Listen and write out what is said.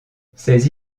ses